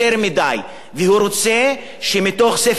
והוא רוצה שבתוך ספר האזרחות או מקצוע